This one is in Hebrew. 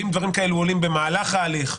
ואם דברים כאלה עולים במהלך ההליך,